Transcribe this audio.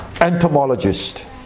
entomologist